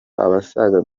abasaga